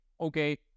okay